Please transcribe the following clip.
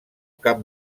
cap